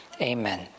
Amen